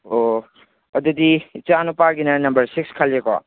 ꯑꯣ ꯑꯗꯨꯗꯤ ꯏꯆꯥꯅꯨꯄꯥꯒꯤꯅ ꯅꯝꯕꯔ ꯁꯤꯛꯁ ꯈꯜꯂꯦꯀꯣ